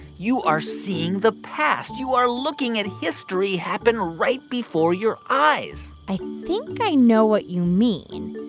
you are seeing the past. you are looking at history happening right before your eyes i think i know what you mean.